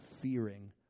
fearing